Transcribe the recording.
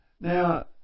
Now